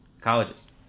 colleges